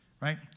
Right